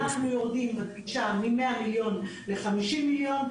אנחנו יורדים מ-100 מיליון ל-50 מיליון.